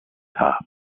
top